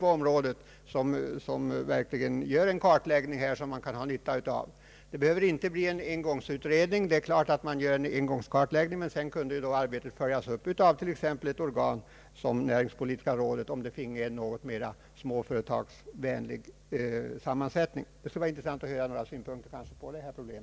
En sådan utredning skulle då göra den kartläggning som man behöver. Statsrådet talar om en engångsutredning. Om man gör en engångskartläggning, kan sedan arbetet följas upp av ett organ som t.ex. näringspolitiska rådet, om det finge en mer småföretagsvänlig sammansättning. Det skulle vara intressant att få höra om statsrådet har några synpunkter på detta problem.